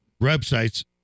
websites